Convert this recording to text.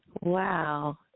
Wow